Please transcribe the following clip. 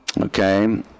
Okay